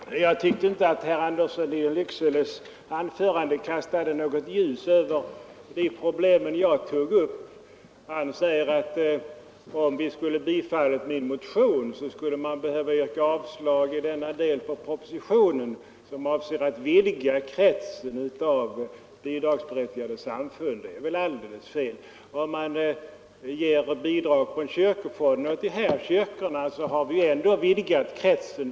Herr talman! Jag tycker inte att herr Anderssons i Lycksele anförande kastade något ljus över de problem jag tog upp. Han säger att om vi skulle bifallit min motion, så skulle man behöva yrka avslag på den del av propositionen, som avser att vidga kretsen av bidragsberättigade samfund. Det är väl ändå fel. Om man ger bidrag från kyrkofonden till dessa kyrkor, så har vi ändå vidgat kretsen.